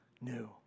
new